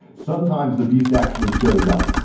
sometimes the beast actually shows up,